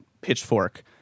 Pitchfork